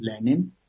learning